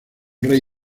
rey